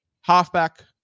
halfback